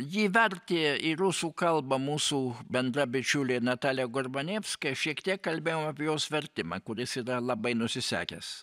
jį vertė į rusų kalbą mūsų bendra bičiulė natalija gorbanevska šiek tiek kalbėjom apie jos vertimą kuris yra labai nusisekęs